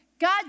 God